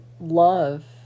love